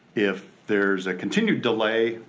if there's a continued delay,